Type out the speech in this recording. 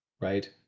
right